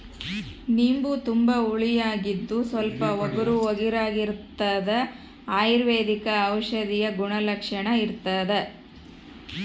ನಿಂಬು ತುಂಬಾ ಹುಳಿಯಾಗಿದ್ದು ಸ್ವಲ್ಪ ಒಗರುಒಗರಾಗಿರಾಗಿರ್ತದ ಅಯುರ್ವೈದಿಕ ಔಷಧೀಯ ಗುಣಲಕ್ಷಣ ಇರ್ತಾದ